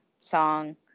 song